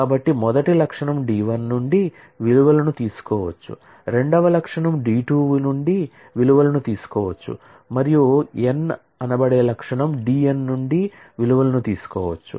కాబట్టి మొదటి attribute D 1 నుండి విలువలను తీసుకోవచ్చు రెండవ లక్షణం D 2 నుండి విలువలను తీసుకోవచ్చు మరియు n వ లక్షణం D n నుండి విలువలను తీసుకోవచ్చు